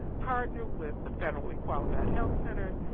partner with the federally qualified health centers,